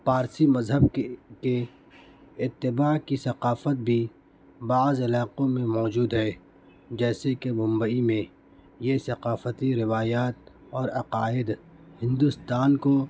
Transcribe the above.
پارسی مذہب کے کے اتباع کی ثقافت بھی بعض علاقوں میں موجود ہے جیسے کہ ممبئی میں یہ ثقافتی روایات اور عقائد ہندوستان کو